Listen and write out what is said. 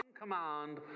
command